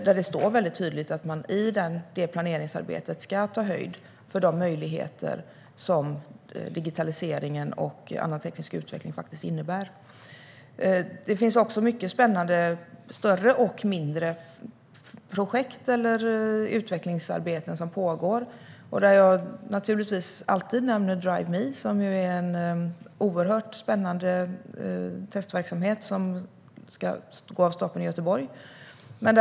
Där står det tydligt att man i planeringsarbetet ska ta höjd för de möjligheter som digitaliseringen och annan teknisk utveckling innebär. Det pågår också många spännande större och mindre projekt och utvecklingsarbeten. Jag nämner naturligtvis alltid Drive Me, som är en oerhört spännande testverksamhet i Göteborg.